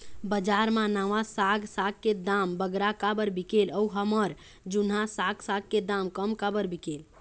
बजार मा नावा साग साग के दाम बगरा काबर बिकेल अऊ हमर जूना साग साग के दाम कम काबर बिकेल?